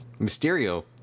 Mysterio